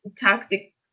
toxic